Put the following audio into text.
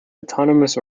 autonomous